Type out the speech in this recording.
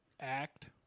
act